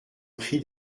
prie